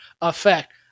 effect